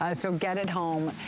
ah so, get it home,